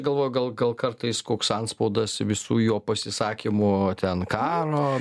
galvoju gal gal kartais koks antspaudas visų jo pasisakymų ten karo